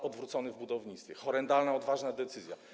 VAT odwrócony w budownictwie - horrendalna, odważna decyzja.